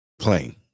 plane